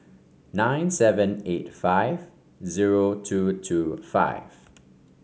nine seven eight five zero two two five